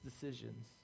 decisions